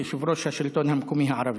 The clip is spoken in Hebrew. יושב-ראש השלטון המקומי הערבי.